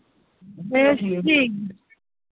ए ठीक